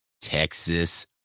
Texas